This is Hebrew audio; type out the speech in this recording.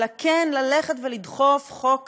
אלא כן ללכת ולדחוף חוק כזה,